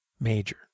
major